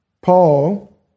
Paul